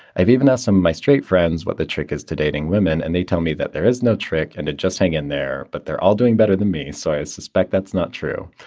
i've even s m my straight friends what the trick is to dating women. and they tell me that there is no trick and it just hang in there. but they're all doing better than me. so i suspect that's not true.